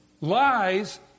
lies